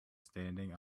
standing